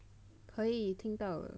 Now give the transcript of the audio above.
可以听到了